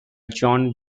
john